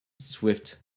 Swift